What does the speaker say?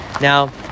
now